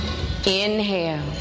Inhale